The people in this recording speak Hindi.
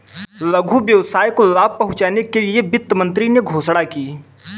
लघु व्यवसाय को लाभ पहुँचने के लिए वित्त मंत्री ने घोषणा की